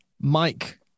Mike